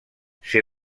ser